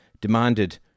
demanded